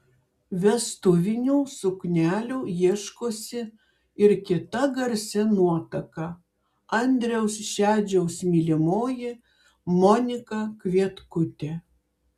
vestuvinių suknelių ieškosi ir kita garsi nuotaka andriaus šedžiaus mylimoji monika kvietkutė